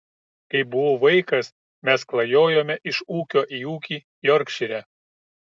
kai buvau vaikas mes klajojome iš ūkio į ūkį jorkšyre